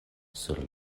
sur